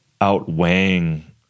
outweighing